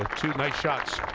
nize shots